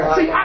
See